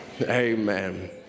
Amen